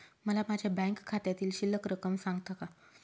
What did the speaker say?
मला माझ्या बँक खात्यातील शिल्लक रक्कम सांगता का?